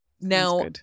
Now